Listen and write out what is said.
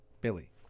Billy